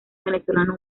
venezolano